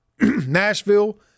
Nashville